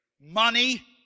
money